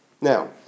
Now